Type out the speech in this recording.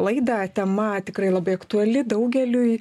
laidą tema tikrai labai aktuali daugeliui